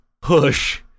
push